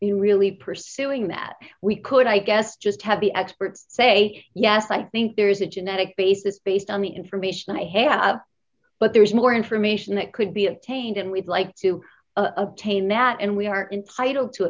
the really pursuing that we could i guess just have the experts say yes i think there's a genetic basis based on the information i have but there is more information that could be obtained and we'd like to obtain that and we are entitled to